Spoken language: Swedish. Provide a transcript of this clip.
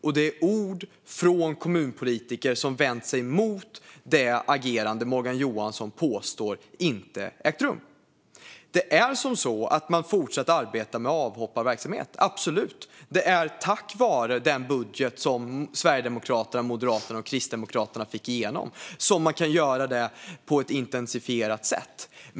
Och det är ord från kommunpolitiker som har vänt sig mot det agerande som Morgan Johansson påstår inte har ägt rum. Man fortsätter att arbeta med avhopparverksamhet - absolut. Det är tack vare den budget som Sverigedemokraterna, Moderaterna och Kristdemokraterna fick igenom som man kan göra det på ett intensifierat sätt.